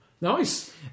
Nice